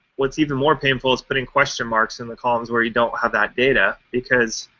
what's even more painful is putting question marks in the columns where you don't have that data, because